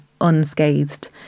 unscathed